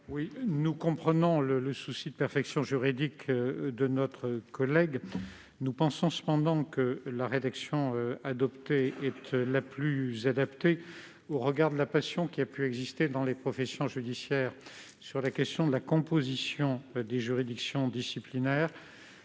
Nous comprenons le souci de perfection juridique de nos collègues, mais nous pensons que la rédaction adoptée est la plus adaptée au regard de la passion qui a pu exister dans les professions judiciaires sur la question de la composition des juridictions disciplinaires.